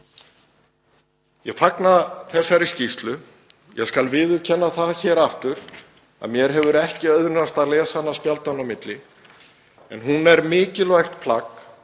Ég fagna þessari skýrslu. Ég skal viðurkenna það hér aftur að mér hefur ekki auðnast að lesa hana spjaldanna á milli en hún er mikilvægt plagg,